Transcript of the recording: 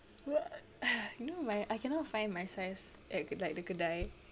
you know my I cannot find my size at like the kedai